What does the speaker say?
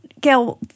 Gail